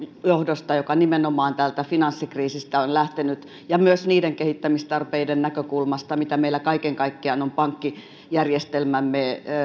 johdosta joka nimenomaan finanssikriisistä on lähtenyt ja myös niiden kehittämistarpeiden näkökulmasta mitä meillä kaiken kaikkiaan on pankkijärjestelmämme